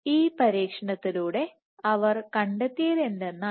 ഈ പരീക്ഷണത്തിലൂടെ അവർ കണ്ടെത്തിയത് എന്തെന്നാൽ